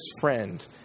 friend